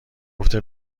گفته